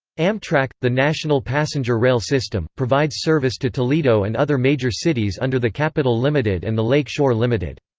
amtrak, the national passenger rail system, provides service to toledo and other major cities under the capitol limited and the lake shore limited.